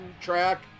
track